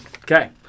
Okay